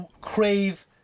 crave